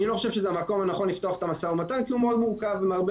אני לא חושב שזה המקום הנכון לפתוח את המשא ומתן כי הוא מאוד מורכב מהרבה